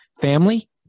family